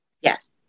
Yes